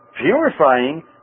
Purifying